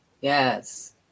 Yes